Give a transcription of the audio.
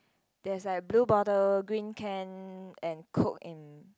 there's like blue bottle green can and coke in